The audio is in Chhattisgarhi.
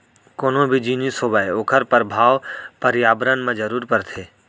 कोनो भी जिनिस होवय ओखर परभाव परयाबरन म जरूर परथे